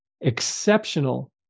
exceptional